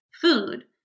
food